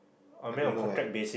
I don't know eh